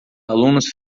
alunos